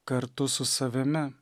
kartu su savimi